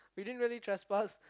we didn't really trespass